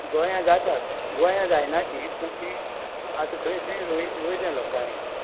गोंया जातात गोंया जायना ती पूण ती आतां खंय खंय रोय रोयल्या लोकांनी